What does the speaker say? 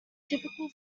typical